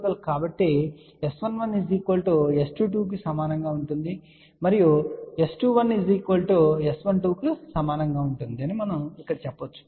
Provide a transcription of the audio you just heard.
కాబట్టి S11 S22 కు సమానంగా ఉంటుందని మరియు S21 S12 కు సమానంగా ఉంటుందని మనము ఇక్కడ చెప్పగలం